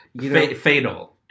fatal